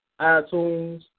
iTunes